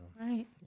Right